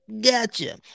gotcha